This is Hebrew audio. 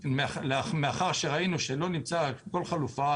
מאחר וראינו שלא נמצאה כל חלופה,